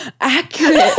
accurate